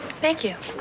thank you.